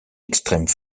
extrême